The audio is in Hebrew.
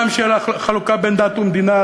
גם החלוקה בין דת ומדינה,